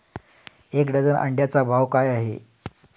एक डझन अंड्यांचा भाव काय आहे?